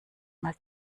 mal